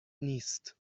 نیست